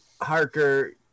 Harker